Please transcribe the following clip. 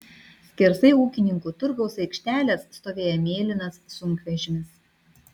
skersai ūkininkų turgaus aikštelės stovėjo mėlynas sunkvežimis